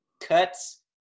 cuts